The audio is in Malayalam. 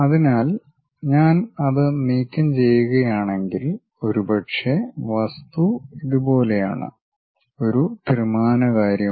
അതിനാൽ ഞാൻ അത് നീക്കംചെയ്യുകയാണെങ്കിൽ ഒരുപക്ഷേ വസ്തു ഇതുപോലെയാണ് ഒരു ത്രിമാന കാര്യമായി